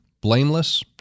blameless